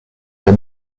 der